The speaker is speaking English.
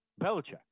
Belichick